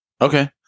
Okay